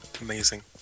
Amazing